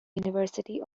university